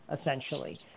essentially